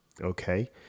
Okay